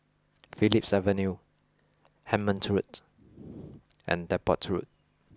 Phillips Avenue Hemmant Road and Depot Road